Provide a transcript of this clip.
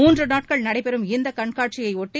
மூன்று நாட்கள் நடைபெறும் இந்தக் கண்காட்சியை ஒட்டி